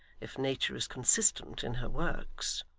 if nature is consistent in her works